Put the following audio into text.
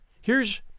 Here's